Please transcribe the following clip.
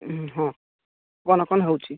ହଁ କ'ଣ କ'ଣ ହେଉଛି